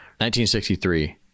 1963